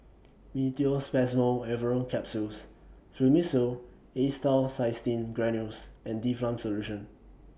Meteospasmyl Alverine Capsules Fluimucil Acetylcysteine Granules and Difflam Solution